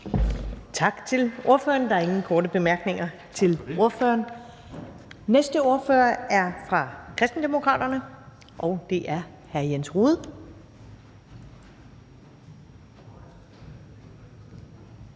Tak til ordføreren. Der er ingen korte bemærkninger til ordføreren. Den næste ordfører er fra Kristendemokraterne, og det er hr. Jens Rohde.